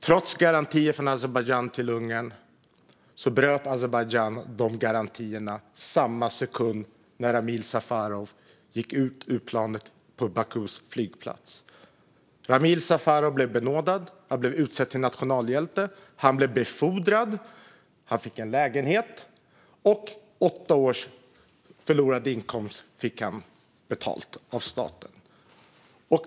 Trots garantier från Azerbajdzjan till Ungern bröt alltså Azerbajdzjan de garantierna samma sekund som Ramil Safarov steg ut ur planet på Bakus flygplats. Ramil Safarov blev benådad och utsedd till nationalhjälte, blev befordrad, fick lägenhet och ersättning för åtta års förlorad inkomst från staten.